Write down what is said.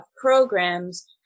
programs